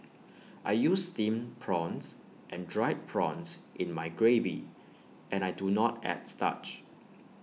I use Steamed prawns and Dried prawns in my gravy and I do not add starch